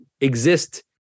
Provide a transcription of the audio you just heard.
exist